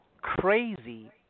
crazy